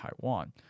Taiwan